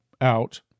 out